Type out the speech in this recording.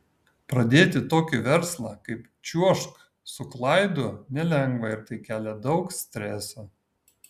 pradėti tokį verslą kaip čiuožk su klaidu nelengva ir tai kelia daug streso